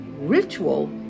Ritual